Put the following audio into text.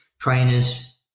trainers